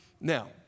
Now